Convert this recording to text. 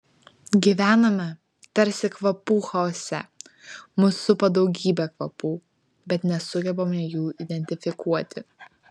gyvename tarsi kvapų chaose mus supa daugybė kvapų bet nesugebame jų identifikuoti